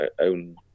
own